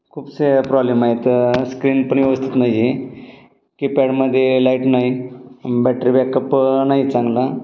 खूपसे प्रॉब्लेम आहेत स्क्रीन पण व्यवस्थित नाही आहे कीपॅडमध्ये लाईट नाही बॅटरी बॅकअप नाही चांगला